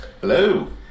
hello